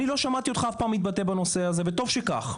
אני לא שמעת אותך אף פעם מתבטא בנושא הזה וטוב שכך,